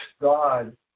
God